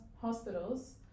hospitals